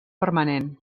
permanent